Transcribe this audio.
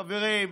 חברים,